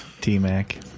t-mac